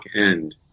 end